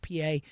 PA